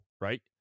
right